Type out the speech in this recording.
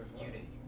Unity